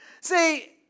See